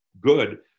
good